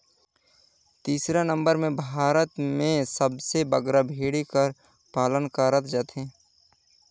तीसर नंबर में भारत में सबले बगरा भेंड़ी कर पालन करल जाथे